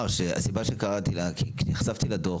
שהסיבה שקראתי לה היא כי נחשפתי לדוח,